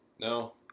No